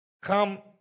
Come